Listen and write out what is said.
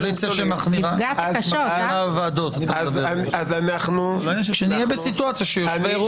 אופוזיציה שמחרימה ועדות --- כשנהיה בסיטואציה שיושבי-ראש